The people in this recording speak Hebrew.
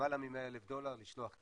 למעלה מ-100,000 דולר לשלוח קילו.